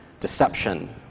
deception